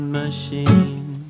machine